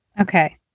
Okay